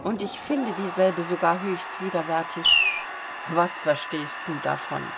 und ich finde dieselbe sogar höchst widerwärtig was verstehst du davon